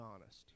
honest